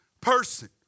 person